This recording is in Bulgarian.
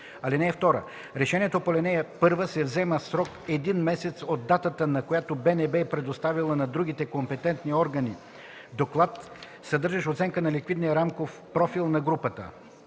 холдинга. (2) Решението по ал. 1 се взема в срок един месец от датата, на която БНБ е предоставила на другите компетентни органи доклад, съдържащ оценка на ликвидния рисков профил на групата.